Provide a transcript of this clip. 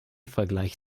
vergleich